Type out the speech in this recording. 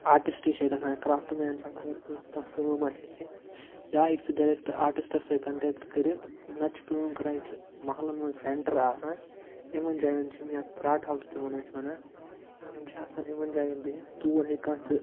artist چھِ ییٚتہِ آسان یا کرٛافٹ مین چھِ آسان اَگر کٲنٛسہِ کانٛہہ کٲم آسہِ ہیٚچھِنۍ یا ہیٚکہِ سُہ ڈاریٚکٹ آرٹِسٹَس سۭتۍ کۄنٹیکٹ کٔرِتھ نَہ تہٕ چھِ کٲم کَران ییٚتہِ چھِ محلَن منٛز سیٚنٹَر آسان یِمَن جایَن چھِ یِم یا ژرٛاٹہٕ حال چھِ تِمَن أسۍ وَنان یِم چھِ آسان یِمَن جایَن بِہِتھ تور ہیٚکہِ کانٛہہ تہِ